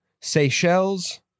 Seychelles